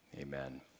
amen